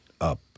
up